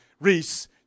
Reese